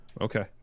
Okay